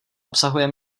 obsahuje